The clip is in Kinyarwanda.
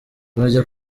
wajya